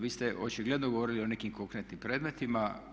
Vi ste očigledno govorio o nekim konkretnim predmetima.